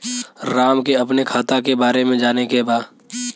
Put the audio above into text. राम के अपने खाता के बारे मे जाने के बा?